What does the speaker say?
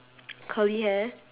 curly hair